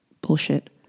Bullshit